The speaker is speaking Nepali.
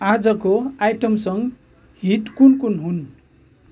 आजको आइटम सङ हिट कुन कुन हुन्